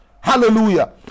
Hallelujah